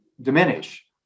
diminish